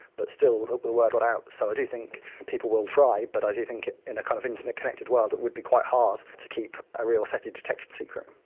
but still the word got out. so i do think people will try but i do think in an kind of internet connected world it would be quite hard to keep a real seti detection secret.